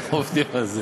עובדים על זה.